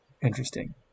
interesting